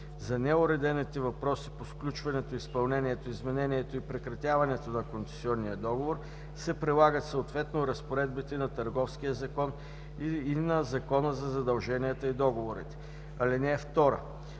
За неуредените въпроси по сключването, изпълнението, изменението и прекратяването на концесионния договор се прилагат съответно разпоредбите на Търговския закон и на Закона за задълженията и договорите. (2) Споровете